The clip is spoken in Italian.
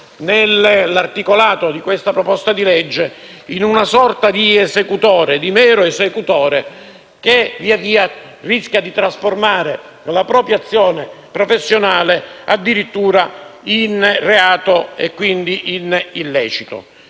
nell'articolato di questa proposta di legge, in una sorta di esecutore, un mero esecutore che rischia di trasformare la proprio azione professionale addirittura in reato e quindi in illecito.